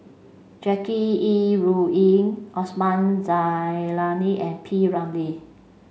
Jackie Yi Ru Ying Osman Zailani and P Ramlee